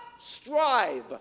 strive